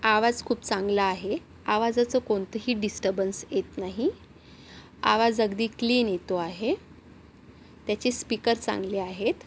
आवाज खूप चांगला आहे आवाजाचं कोणतंही डिस्टर्बन्स येत नाही आवाज अगदी क्लीन येतो आहे त्याचे स्पीकर चांगले आहेत